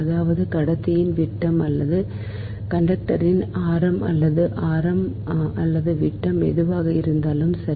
அதாவது கடத்தியின் விட்டம் அல்லது கண்டக்டரின் ஆரம் அல்லது ஆரம் அல்லது விட்டம் எதுவாக இருந்தாலும் சரி